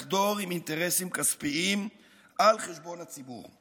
לחדור עם אינטרסים כספיים על חשבון הציבור,